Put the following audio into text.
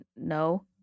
no